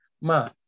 Ma